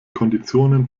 konditionen